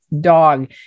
Dog